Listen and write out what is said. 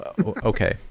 okay